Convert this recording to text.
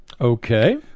Okay